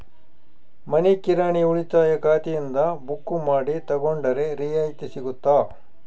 ಮನಿ ಕಿರಾಣಿ ಉಳಿತಾಯ ಖಾತೆಯಿಂದ ಬುಕ್ಕು ಮಾಡಿ ತಗೊಂಡರೆ ರಿಯಾಯಿತಿ ಸಿಗುತ್ತಾ?